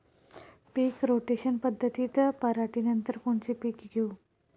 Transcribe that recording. पीक rotation पद्धतीत पराटीनंतर कोनचे पीक घेऊ?